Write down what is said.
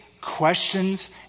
questions